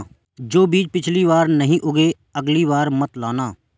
जो बीज पिछली बार नहीं उगे, अगली बार मत लाना